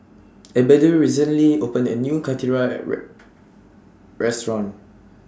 Abdiel recently opened A New Karthira Restaurant